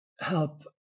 help